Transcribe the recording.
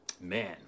Man